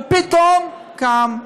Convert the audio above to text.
ופתאום הוא קם?